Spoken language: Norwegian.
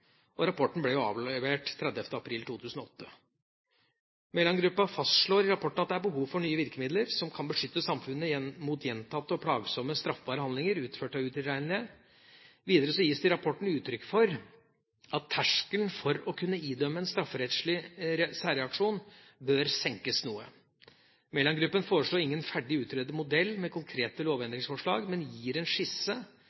omsorgsdepartementet. Rapporten ble avlevert 30. april 2008. Mæland-gruppen fastslår i rapporten at det er behov for nye virkemidler som kan beskytte samfunnet mot gjentatte og plagsomme straffbare handlinger utført av utilregnelige. Videre gis det i rapporten uttrykk for at terskelen for å kunne idømme en strafferettslig særreaksjon bør senkes noe. Mæland-gruppen foreslår ingen ferdig utredet modell med konkrete